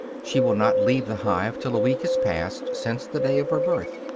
she will not leave the hive till a week has passed since the day of her birth.